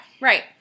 right